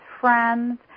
friends